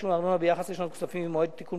תשלום ארנונה ביחס לשנות הכספים ממועד תיקון